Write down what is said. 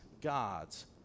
God's